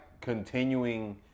continuing